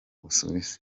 busuwisi